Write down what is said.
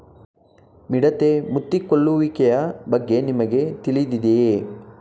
ಮಿಡತೆ ಮುತ್ತಿಕೊಳ್ಳುವಿಕೆಯ ಬಗ್ಗೆ ನಿಮಗೆ ತಿಳಿದಿದೆಯೇ?